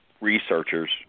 researchers